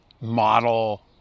model